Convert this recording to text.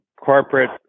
corporate